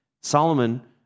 Solomon